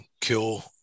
kill